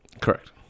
Correct